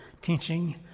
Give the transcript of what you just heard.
teaching